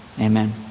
Amen